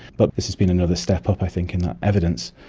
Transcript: but this has been another step up i think in that evidence.